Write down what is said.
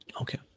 Okay